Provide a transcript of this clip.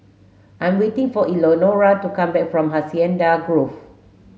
I'm waiting for Elenora to come back from Hacienda Grove